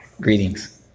Greetings